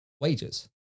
wages